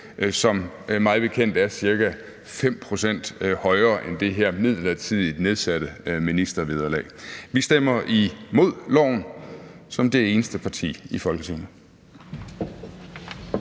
er ca. 5 pct. højere end det her midlertidigt nedsatte ministervederlag. Vi stemmer – som det eneste parti i Folketinget